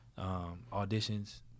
auditions